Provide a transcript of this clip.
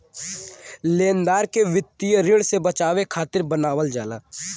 लेनदार के वित्तीय ऋण से बचावे खातिर बनावल जाला